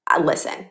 listen